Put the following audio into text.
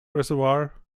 reservoir